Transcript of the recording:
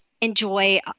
enjoy